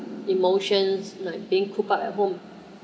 emotions like being cooped up at home